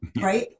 right